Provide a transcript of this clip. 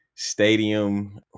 stadium